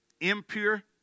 Impure